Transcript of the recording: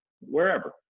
wherever